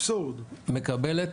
מקבלת